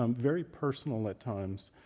um very personal at times,